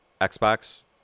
xbox